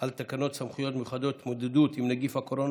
על תקנות סמכויות מיוחדות להתמודדות עם נגיף הקורונה